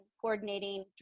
coordinating